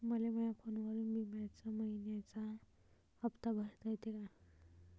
मले माया फोनवरून बिम्याचा मइन्याचा हप्ता भरता येते का?